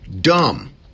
dumb